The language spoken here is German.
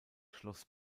schloss